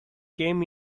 came